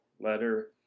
letter